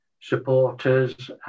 supporters